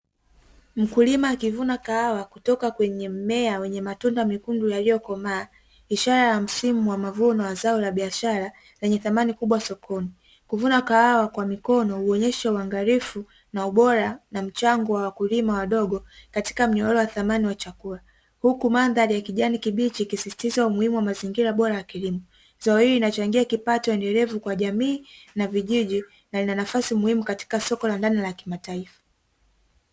Mkulima akivuna kahawa kutoka kwenye mmea wenye matunda mekundu yaliyokomaa, ishara ya msimu wa mavuno wa zao la biashara lenye thamani kubwa sokoni. Kuvuna kahawa kwa mikono huonyesha uangalifu na ubora na mchango wa wakulima wadogo, katika mnyororo wa thamani wa chakula, huku mandhari ya kijani kibichi ikisisitiza umuhimu wa mazingira bora ya kilimo. zao hili linachangia kipato endelevu kwa jamii na vijiji, na lina nafasi muhimu katika soko la ndani la kimataifa.